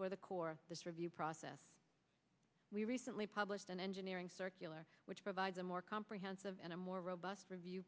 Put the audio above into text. for the core of this review process we recently published an engineering circular which provides a more comprehensive and a more robust review